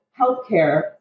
healthcare